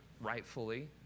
rightfully